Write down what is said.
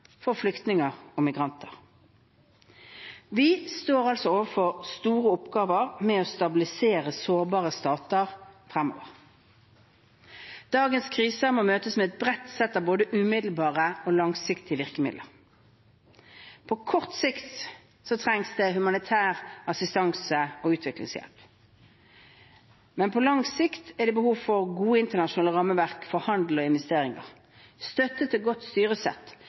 for flyktninger og migranter. Vi står overfor store oppgaver med å stabilisere sårbare stater fremover. Dagens kriser må møtes med et bredt sett av både umiddelbare og langsiktige virkemidler. På kort sikt trengs det humanitær assistanse og utviklingshjelp. Men på lang sikt er det behov for gode internasjonale rammeverk for handel og investeringer, støtte til godt styresett,